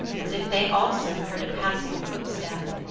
as if they also heard a passing footstep.